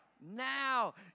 now